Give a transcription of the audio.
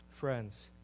Friends